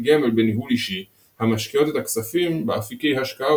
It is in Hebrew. גמל בניהול אישי המשקיעות את הכספים באפיקי השקעה